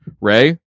Ray